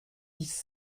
dix